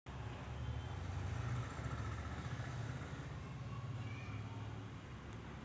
गवत कापण्यासाठी आजकाल मोवर माचीनीचा वापर केला जातो